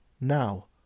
Now